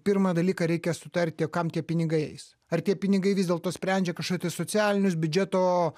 pirmą dalyką reikia sutarti o kam tie pinigai eis ar tie pinigai vis dėlto sprendžia kažkokius tai socialinius biudžeto